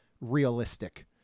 realistic